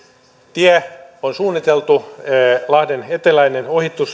tie on suunniteltu lahden eteläinen